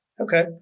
Okay